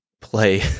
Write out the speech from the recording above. play